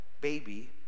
baby